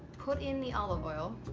put in the olive oil,